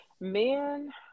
Men